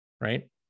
right